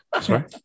Sorry